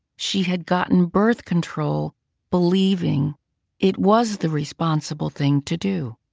she had gotten birth control believing it was the responsible thing to do.